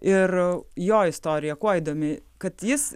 ir jo istorija kuo įdomi kad jis